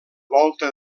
volta